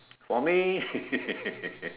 for me